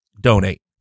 donate